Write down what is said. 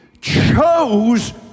chose